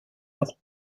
leur